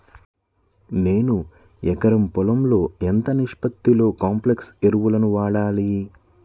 నేను ఎకరం పొలంలో ఎంత నిష్పత్తిలో కాంప్లెక్స్ ఎరువులను వాడాలి?